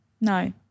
No